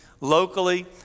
locally